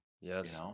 Yes